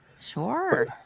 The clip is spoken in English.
Sure